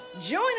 Join